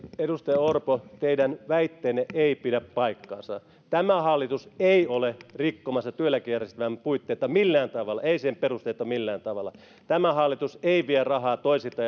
edustaja orpo teidän väitteenne ei pidä paikkaansa tämä hallitus ei ole rikkomassa työeläkejärjestelmän puitteita millään tavalla ei sen perusteita millään tavalla tämä hallitus ei vie rahaa toisilta